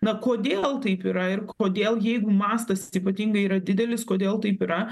na kodėl taip yra ir kodėl jeigu mastas ypatingai yra didelis kodėl taip yra